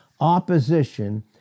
opposition